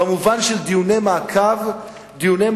במובן של דיוני מעקב קבועים,